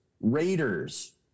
Raiders